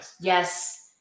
Yes